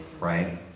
right